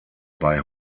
bei